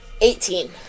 Eighteen